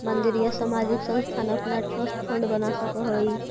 मंदिर या सामाजिक संस्थान अपना ट्रस्ट फंड बना सकऽ हई